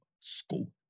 school